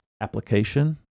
application